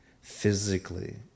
physically